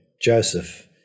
Joseph